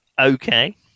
Okay